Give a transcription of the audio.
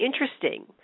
interesting